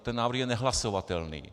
Ten návrh je nehlasovatelný.